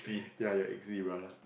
ya you're Eggsy brother